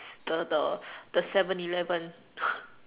the the the seven eleven